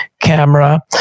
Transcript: camera